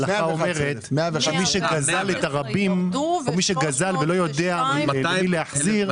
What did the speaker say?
ההלכה אומרת שמי שגזל את הרבים או מי שגזל ולא יודע למי להחזיר,